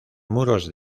muros